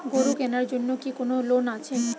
গরু কেনার জন্য কি কোন লোন আছে?